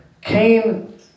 Cain